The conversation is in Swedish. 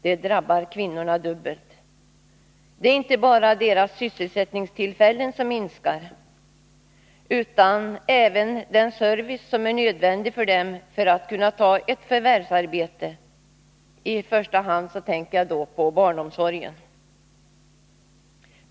Det drabbar kvinnorna dubbelt. Det är inte bara antalet sysselsättningstillfällen för kvinnor som minskar utan även den service som är nödvändig för dem för att kunna ta ett förvärsarbete. I första hand tänker jag då på barnomsorgen.